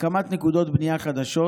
הקמת נקודות בנייה חדשות,